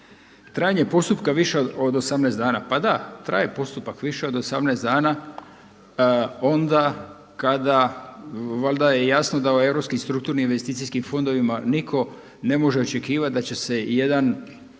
Trajanje postupka više od 18 dana, pa da traje postupak više od 18 dana onda kada, valjda je jasno da u europskim strukturnim investicijskim fondovima nitko ne može očekivati da će se jedan